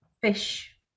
fish